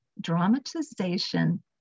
dramatization